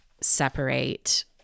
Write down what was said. separate